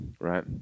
Right